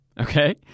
okay